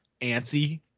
antsy